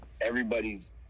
everybody's